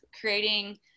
creating